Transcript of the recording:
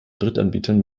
drittanbietern